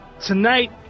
tonight